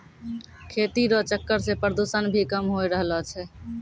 खेती रो चक्कर से प्रदूषण भी कम होय रहलो छै